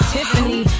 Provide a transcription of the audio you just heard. Tiffany